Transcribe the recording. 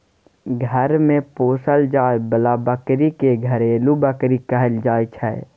घर मे पोसल जाए बला बकरी के घरेलू बकरी कहल जाइ छै